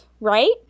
right